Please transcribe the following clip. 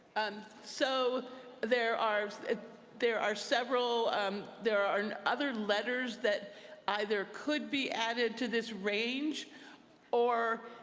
um so there are there are several um there are other letters that either could be added to this range or